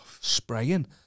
spraying